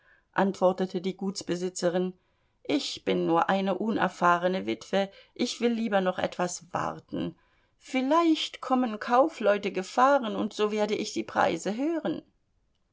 antwortete die gutsbesitzerin ich bin nur eine unerfahrene witwe ich will lieber noch etwas warten vielleicht kommen kaufleute gefahren und so werde ich die preise hören